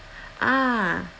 ah